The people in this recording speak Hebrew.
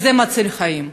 כי זה מציל חיים.